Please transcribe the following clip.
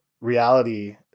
reality